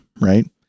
Right